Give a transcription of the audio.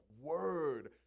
word